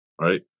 right